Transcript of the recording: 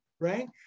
right